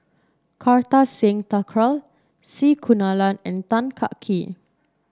Kartar Singh Thakral C Kunalan and Tan Kah Kee